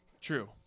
True